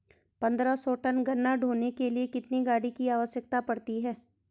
पन्द्रह सौ टन गन्ना ढोने के लिए कितनी गाड़ी की आवश्यकता पड़ती है?